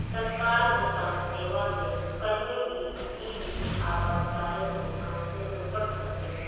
तत्काल भुगतान सेवा से कहीं भी किसी भी आपातकालीन भुगतान से निपट सकते है